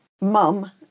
mum